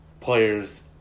players